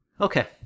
Okay